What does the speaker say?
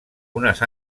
unes